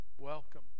Welcome